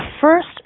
first